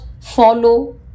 follow